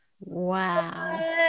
wow